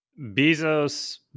Bezos